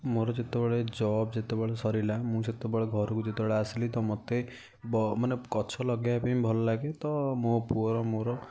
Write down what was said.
ମୋର ଯେତେବେଳେ ଜବ୍ ଯେତେବେଳେ ସରିଲା ମୁଁ ସେତେବେଳେ ଘରକୁ ଯେତେବେଳେ ଆସିଲି ତ ମୋତେ ମାନେ ଗଛ ଲଗାଇବା ପାଇଁ ଭଲଲାଗେ ତ ମୋ ପୁଅର ମୋର